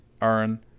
earn